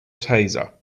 taser